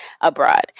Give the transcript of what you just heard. abroad